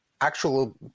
actual